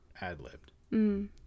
ad-libbed